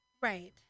Right